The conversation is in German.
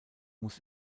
muss